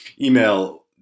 email